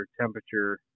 temperature